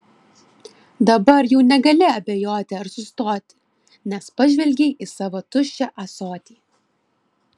dabar jau negali abejoti ar sustoti nes pažvelgei į savo tuščią ąsotį